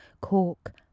cork